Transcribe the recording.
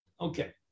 Okay